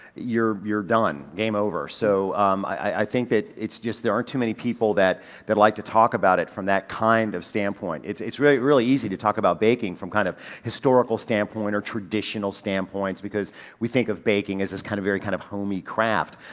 you're, you're done. game over. so i, i, i think that it's just there aren't too many people that that like to talk about it from that kind of standpoint. it's, it's really, really easy to talk about baking from kind of historical standpoint or traditional standpoints because we think of baking as this kind of very kind of homey craft,